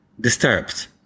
disturbed